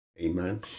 Amen